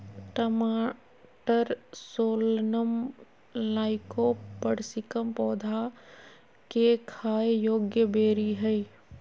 टमाटरसोलनम लाइकोपर्सिकम पौधा केखाययोग्यबेरीहइ